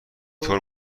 طور